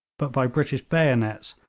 but by british bayonets,